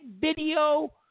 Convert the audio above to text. video